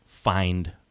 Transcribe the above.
Find